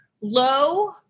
Low